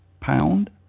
pound